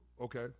okay